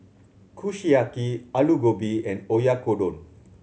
Kushiyaki Alu Gobi and Oyakodon